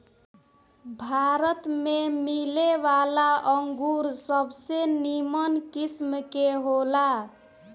भारत में मिलेवाला अंगूर सबसे निमन किस्म के होला